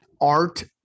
art